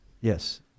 Yes